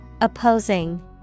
Opposing